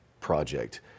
project